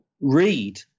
read